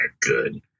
good